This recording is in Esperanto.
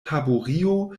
taburio